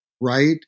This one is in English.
right